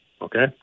Okay